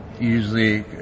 usually